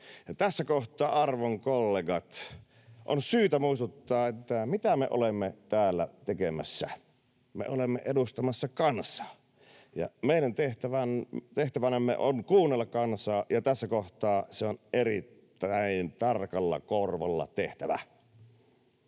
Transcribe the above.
Tässä kohtaa, arvon kollegat, on syytä muistuttaa, mitä me olemme täällä tekemässä: me olemme edustamassa kansaa. Meidän tehtävänämme on kuunnella kansaa, ja tässä kohtaa se on erittäin tarkalla korvalla tehtävä.